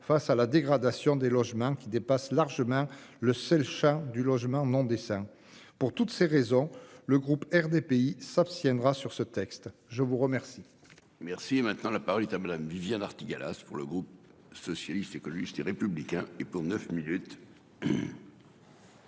face à la dégradation des logements, qui dépasse largement le seul champ du logement non décent. Pour toutes ces raisons, le groupe RDPI s'abstiendra sur ce texte. La parole